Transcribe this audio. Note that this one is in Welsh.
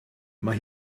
mae